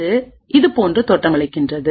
அதுஇது போன்ற தோற்றமளிக்கின்றது